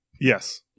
yes